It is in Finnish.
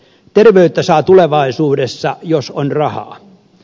terveyttä saa tulevaisuudessa jos on rahaa